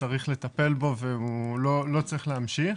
שצריך לטפל בו והוא לא צריך להמשיך.